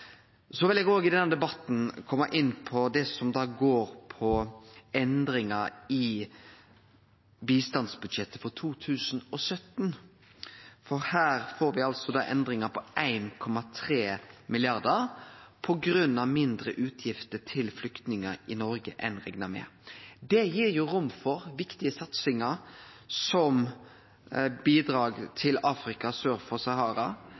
Så vil eg òg i denne debatten kome inn på det som går på endringar i bistandsbudsjettet for 2017, for her får me altså endringar på 1,3 mrd. kr på grunn av mindre utgifter til flyktningar i Noreg enn ein rekna med. Det gir jo rom for viktige satsingar, som bidrag til Afrika sør for Sahara,